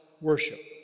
worship